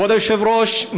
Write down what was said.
כבוד היושב-ראש,